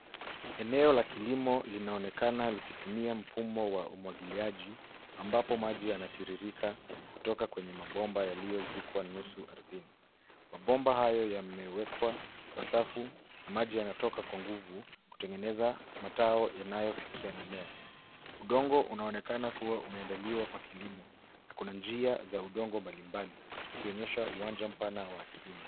Eneo la kilimo linaonekana likitumia mfumo wa umwangiliaji ambapo maji yanatiririka kutoka kwenye mabomba yaliyozikwa nusu ardhini. Mabomba hayo yamewekwa kwa safu na maji yanatoka kwa nguvu kutegeneza matao yanayofikia mimea. Udongo unaonekana kuwa umeandaliwa kwa kilimo. Na kuna njia za udongo mbalimbali ikionyesha uwanja mpana wa kilimo.